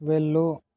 వెళ్ళు